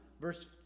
verse